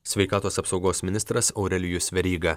sveikatos apsaugos ministras aurelijus veryga